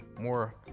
More